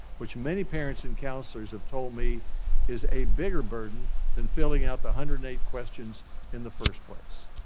which many parents and counselors have told me is a bigger burden than filling out the one hundred and eight questions in the first place.